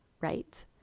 right